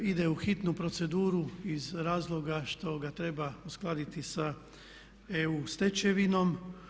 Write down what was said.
Ide u hitnu proceduru iz razloga što ga treba uskladiti sa EU stečevinom.